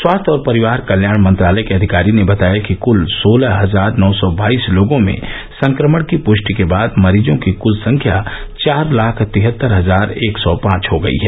स्वास्थ्य और परिवार कल्याण मंत्रालय के अधिकारी ने बताया है कि कुल सोलह हजार नौ सौ बाईस लोगों में संक्रमण की पुष्टि के बाद मरीजों की कल संख्या चार लाख तिहत्तर हजार एक सौ पांच हो गई है